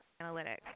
analytics